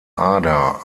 ada